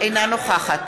אינה נוכחת